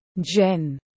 Jen